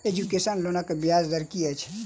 Education लोनक ब्याज दर की अछि?